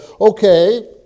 okay